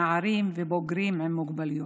נערים ובוגרים עם מוגבלויות.